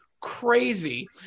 crazy